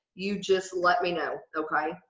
you just let me know, okay?